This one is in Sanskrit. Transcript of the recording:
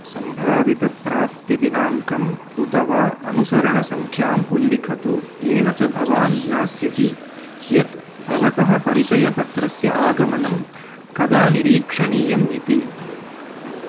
सम्भावितप्राप्तिदिनाङ्कम् उत वा अनुसरणसङ्ख्याम् उल्लिखतु येन च भवान् ज्ञास्यति यत् भवतः परिचयपत्रस्य आगमनं कदा निरीक्षणीयम् इति